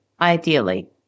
ideally